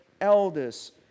elders